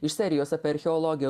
iš serijos apie archeologę